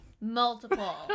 multiple